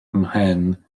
mhen